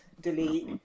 delete